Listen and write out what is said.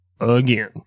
again